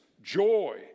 joy